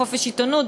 בחופש עיתונות,